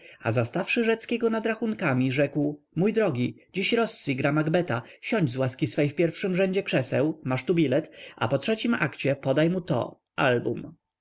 a zastawszy rzeckiego nad rachunkami rzekł mój drogi dziś rossi gra makbeta siądź z łaski swej w pierwszym rzędzie krzeseł masz tu bilet i po trzecim akcie podaj mu to album